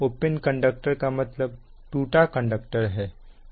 open conductor का मतलब टूटा कंडक्टर है